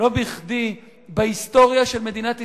לא בכדי בהיסטוריה של מדינת ישראל,